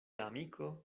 amiko